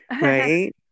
right